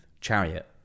Chariot